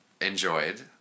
enjoyed